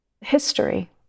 History